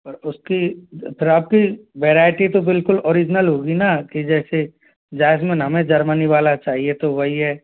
और उसकी फिर आपकी वैरायटी तो बिल्कुल ओरिजिनल होगी ना कि जैसे जैस्मिन हमें जर्मनी वाला चाहिए तो वही है